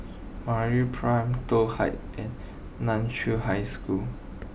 MeraPrime Toh Heights and Nan Chiau High School